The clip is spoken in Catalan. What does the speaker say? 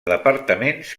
departaments